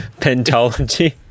pentology